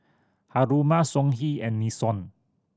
Haruma Songhe and Nixon